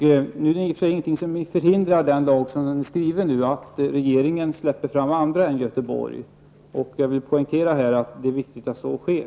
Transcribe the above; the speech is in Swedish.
Nu finns det i och för sig inget i den nu föreslagna skrivningen av lagen som förhindrar att regeringen tillåter detta för andra områden än Göteborg, och jag vill poängtera att det är viktigt att så sker.